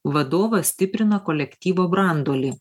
vadovas stiprina kolektyvo branduolį